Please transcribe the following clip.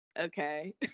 okay